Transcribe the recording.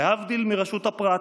להבדיל מרשות הפרט,